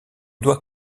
doit